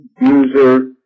user